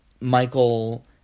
Michael